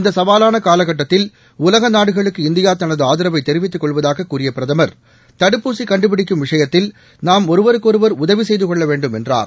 இந்த சவாலான காலக்கட்டத்தில் உலக நாடுகளுக்கு இந்தியா தனது ஆதரவை தெரிவித்துக் கொள்வதாக கூறிய பிரதமர் தடுப்பூசி கண்டுபிடிக்கும் விஷயத்தில் நாம் ஒருவருக்கொருவர் உதவி செய்து கொள்ள வேண்டும் என்றார்